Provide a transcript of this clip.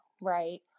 Right